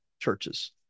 churches